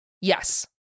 Yes